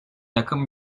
yakın